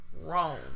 wrong